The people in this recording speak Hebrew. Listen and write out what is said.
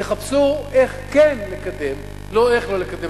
תחפשו איך כן לקדם, לא איך לא לקדם.